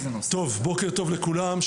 שלום לכולם,